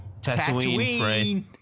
Tatooine